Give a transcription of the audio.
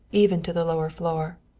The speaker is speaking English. even to the lower floor.